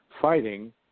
fighting